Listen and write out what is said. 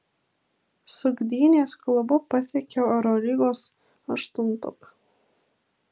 su gdynės klubu pasiekiau eurolygos aštuntuką